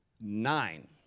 Nine